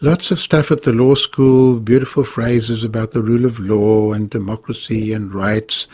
lots of stuff at the law school, beautiful phrases about the rule of law and democracy and rights,